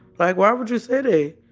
like, why would you say